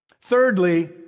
Thirdly